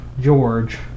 George